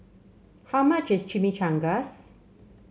how much is Chimichangas